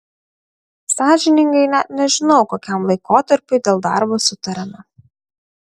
sąžiningai net nežinau kokiam laikotarpiui dėl darbo sutarėme